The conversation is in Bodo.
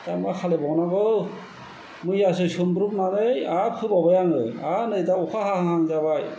दा मा खालामबावनांगौ मैयासो सोमब्रबनानै आरो फोबावबाय आङो आरो नै दा अखा हाहां जाबाय